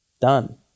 Done